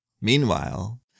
Meanwhile